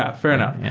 yeah fair enough.